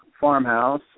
farmhouse